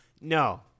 No